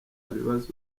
bibazo